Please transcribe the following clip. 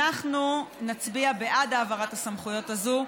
אנחנו נצביע בעד העברת הסמכויות הזאת,